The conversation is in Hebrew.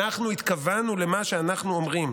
אנחנו התכוונו למה שאנחנו אומרים.